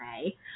okay